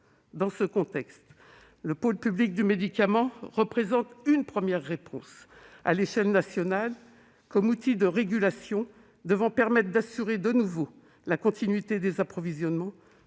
Dans ce contexte, la création d'un pôle public du médicament représente une première réponse, à l'échelle nationale, comme outil de régulation devant permettre d'assurer de nouveau la continuité des approvisionnements,